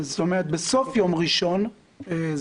זאת אומרת, בסוף יום ראשון זה.